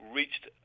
reached